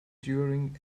during